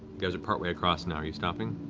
guys are partway across now. are you stopping?